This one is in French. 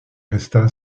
resta